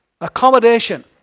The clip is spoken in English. Accommodation